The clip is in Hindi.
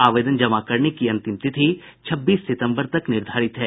आवेदन जमा करने की अंतिम तिथि छब्बीस सितम्बर तक निर्धारित है